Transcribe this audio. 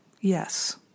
Yes